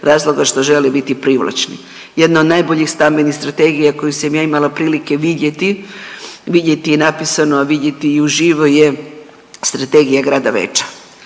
razloga što žele biti privlačni. Jedna od najboljih stambenih strategija koje sam ja imala prilike vidjeti napisano, a vidjeti i uživo je Strategija grada Beča